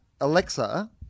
Alexa